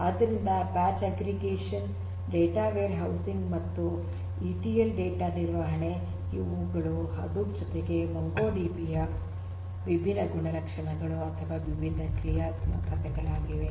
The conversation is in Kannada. ಆದ್ದರಿಂದ batch aggregation data warehousing ಮತ್ತು ಇಟಿಎಲ್ ಡೇಟಾ ನಿರ್ವಹಣೆ ಇವುಗಳು ಹಡೂಪ್ ಜೊತೆಗೆ ಮೊಂಗೋಡಿಬಿ ಯ ವಿಭಿನ್ನ ಗುಣಲಕ್ಷಣಗಳು ಅಥವಾ ವಿಭಿನ್ನ ಕ್ರಿಯಾತ್ಮಕತೆಗಳಾಗಿವೆ